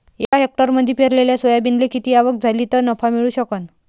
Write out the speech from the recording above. एका हेक्टरमंदी पेरलेल्या सोयाबीनले किती आवक झाली तं नफा मिळू शकन?